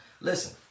listen